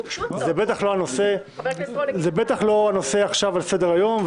זה בטח לא הנושא עכשיו על סדר היום.